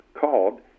called